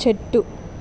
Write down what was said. చెట్టు